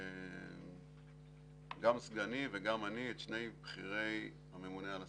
גם סגני וגם אני, את שני בכירי הממונה על השכר.